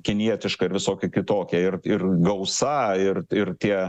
kinietiška ir visokia kitokia ir ir gausa ir ir tie